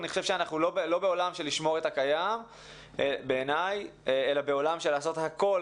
אני חושב אנחנו לא בעולם של שמירה על הקיים אלא בעולם של לעשות הכול